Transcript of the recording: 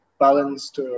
balanced